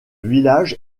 village